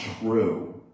true